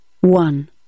one